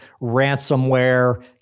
ransomware